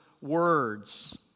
words